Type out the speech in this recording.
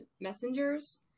messengers